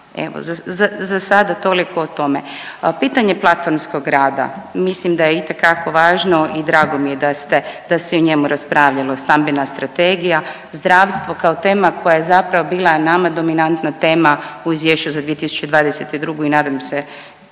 Evo za sada toliko o tome. Pitanje platformskog rada. Mislim da je itekako važno i drago mi je da se i o njemu raspravljalo. Stambena strategija, zdravstvo kao tema koja je zapravo bila nama dominantna tema u izvješću za 2022. i nadam se,